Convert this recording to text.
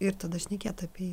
ir tada šnekėt apie jį